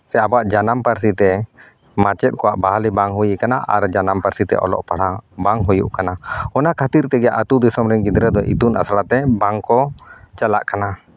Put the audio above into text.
ᱥᱮ ᱟᱵᱚᱣᱟᱜ ᱡᱟᱱᱟᱢ ᱯᱟᱹᱨᱥᱤᱛᱮ ᱢᱟᱪᱮᱫ ᱠᱚᱣᱟᱜ ᱵᱟᱦᱟᱞᱤ ᱵᱟᱝ ᱦᱩᱭᱟᱠᱟᱱᱟ ᱟᱨ ᱡᱟᱱᱟᱢ ᱯᱟᱹᱨᱥᱤᱛᱮ ᱚᱞᱚᱜ ᱯᱟᱲᱦᱟᱜ ᱵᱟᱝ ᱦᱩᱭᱩᱜ ᱠᱟᱱᱟ ᱚᱱᱟ ᱠᱷᱟᱹᱛᱤᱨ ᱛᱮᱜᱮ ᱟᱹᱛᱩ ᱫᱤᱥᱚᱢ ᱨᱮᱱ ᱜᱤᱫᱽᱨᱟᱹ ᱫᱚ ᱤᱛᱩᱱ ᱟᱥᱲᱟᱛᱮ ᱵᱟᱝᱠᱚ ᱪᱟᱞᱟᱜ ᱠᱟᱱᱟ